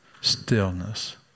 stillness